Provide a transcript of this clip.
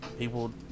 people